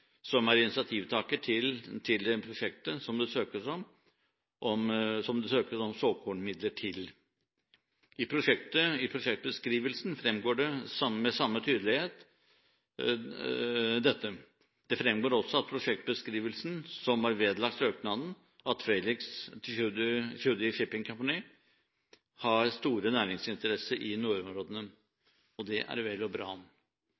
som er initiativtaker til prosjektet som det søkes om såkornmidler til. Av prosjektbeskrivelsen fremgår dette med samme tydelighet. Det fremgår også av prosjektbeskrivelsen, som var vedlagt søknaden, at Tschudi Shipping Company har store næringsinteresser i nordområdene. Det er vel og bra.